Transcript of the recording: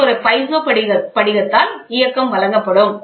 இங்கே ஒரு பைசோ படிகத்தால் இயக்கம் வழங்கப்படும்